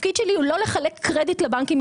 התפקיד שלי הוא לא לחלק קרדיט לבנקים,